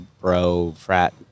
bro-frat